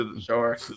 Sure